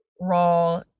raw